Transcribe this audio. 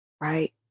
Right